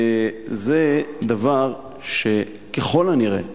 זה דבר שככל הנראה,